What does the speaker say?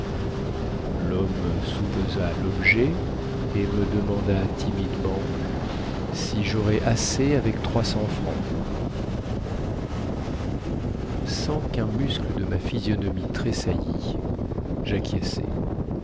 lhomme soupesa lobjet et me demanda timidement si jaurais assez avec trois cents francs sans quun muscle de ma physionomie tressaillît jacquiesçai